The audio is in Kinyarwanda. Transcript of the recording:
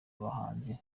abahanzi